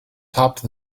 topped